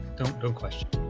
don't go question